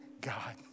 God